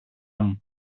μου